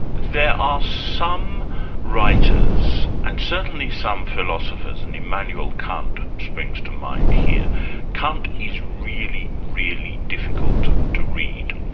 there are some writers, and certainly some philosophers and immanuel kant springs to mind here kant is really, really difficult to read.